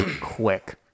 quick